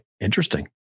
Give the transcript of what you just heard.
Interesting